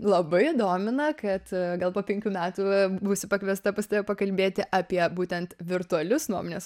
labai domina kad gal po penkių metų būsiu pakviesta pas tave pakalbėti apie būtent virtualius nuomonės